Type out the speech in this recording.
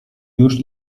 już